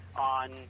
on